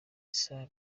issa